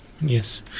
Yes